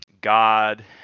God